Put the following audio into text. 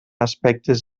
aspectes